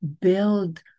build